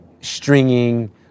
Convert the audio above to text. stringing